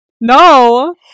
No